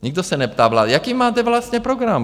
Nikdo se neptá vlády, jaký máte vlastně program?